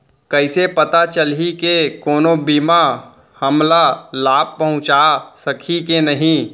कइसे पता चलही के कोनो बीमा हमला लाभ पहूँचा सकही के नही